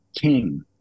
king